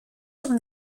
from